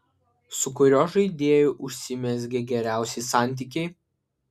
su kuriuo žaidėju užsimezgė geriausi santykiai